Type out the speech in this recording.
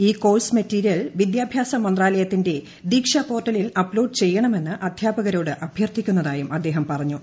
ഈ course material വിദ്യാഭ്യാസ മന്ത്രാലയത്തിന്റെ ദീക്ഷ പോർട്ടലിൽ അപ്ലോഡ് ചെയ്യണമെന്ന് അദ്ധ്യാപകരോട് അഭ്യർത്ഥിക്കുന്നതായും അദ്ദേഹം പറഞ്ഞു